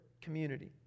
community